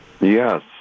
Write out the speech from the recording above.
Yes